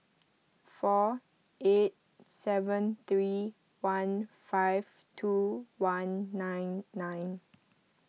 four eight seven three one five two one nine nine